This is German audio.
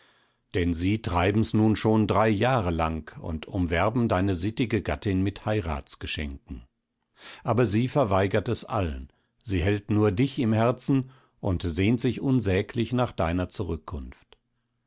denn sie treiben's nun schon drei jahre lang und umwerben deine sittige gattin mit heiratsgeschenken aber sie verweigert es allen sie hält nur dich im herzen und sehnt sich unsäglich nach deiner zurückkunft